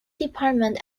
department